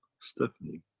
stephanie